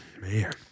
man